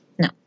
No